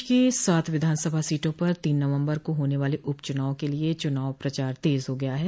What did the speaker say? प्रदेश की सात विधानसभा सीटों पर तीन नवम्बर को होने वाले उप चुनाव के लिए चुनाव प्रचार तेज हो गया है